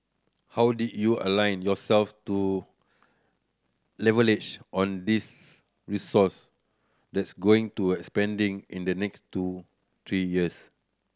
how do you align yourself to leverage on this resource that's going to a expanding in the next two three years